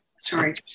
sorry